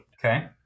Okay